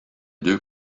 deux